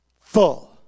Full